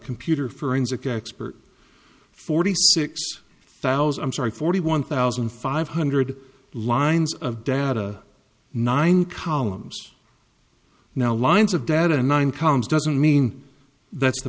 computer forensic expert forty six thousand forty one thousand five hundred lines of data nine columns now lines of data nine columns doesn't mean that's the